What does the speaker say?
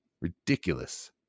Ridiculous